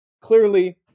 Clearly